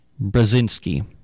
Brzezinski